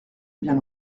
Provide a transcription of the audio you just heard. bien